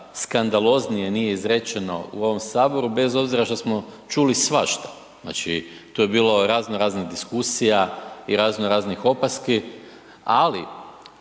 skandaloznije nije izrečeno u ovom Saboru bez obzira što smo čuli svašta. Znači, tu je bilo razno raznih diskusija i razno raznih opaski, ali